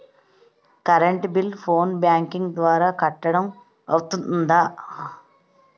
Current bill phone banking ద్వారా కట్టడం అవ్తుందా?